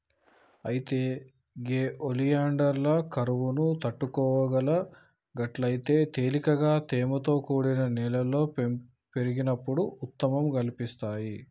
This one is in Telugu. అయితే గే ఒలియాండర్లు కరువును తట్టుకోగలవు గట్లయితే తేలికగా తేమతో కూడిన నేలలో పెరిగినప్పుడు ఉత్తమంగా కనిపిస్తాయి